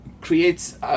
creates